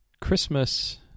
Christmas